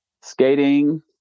skating